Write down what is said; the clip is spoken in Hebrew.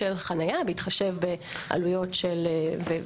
חניה, בהתחשב בעלויות של שטח.